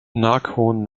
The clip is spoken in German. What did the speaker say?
nakhon